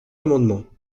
amendements